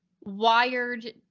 wired